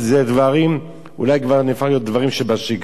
דברים שאולי כבר הפכו להיות דברים שבשגרה.